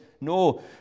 no